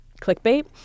clickbait